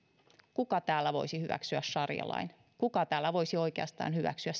kuka täällä voisi hyväksyä sarialain kuka täällä voisi oikeastaan hyväksyä